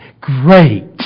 great